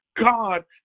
God